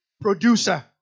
producer